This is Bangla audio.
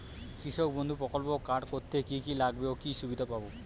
কৃষক বন্ধু প্রকল্প কার্ড করতে কি কি লাগবে ও কি সুবিধা পাব?